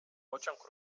pociąg